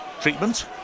treatment